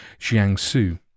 Jiangsu